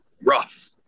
rough